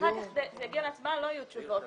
כשאחר כך זה יגיע להצבעה, לא יהיו תשובות.